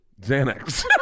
Xanax